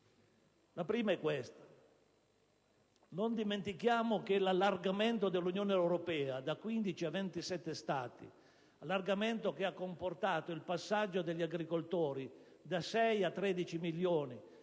La prima è la seguente. Non dimentichiamo che l'allargamento dell'Unione europea da 15 a 27 Stati, che ha comportato il passaggio del numero degli agricoltori da 6 a 13 milioni,